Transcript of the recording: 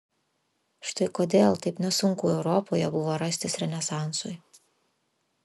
štai kodėl taip nesunku europoje buvo rastis renesansui